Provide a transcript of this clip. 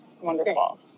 Wonderful